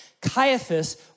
Caiaphas